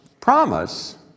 promise